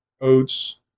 oats